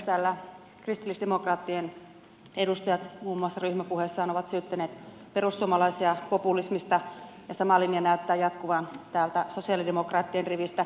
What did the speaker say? täällä kristillisdemokraat tien edustajat muun muassa ryhmäpuheessaan ovat syyttäneet perussuomalaisia populismista ja sama linja näyttää jatkuvan täältä sosialidemokraattien rivistä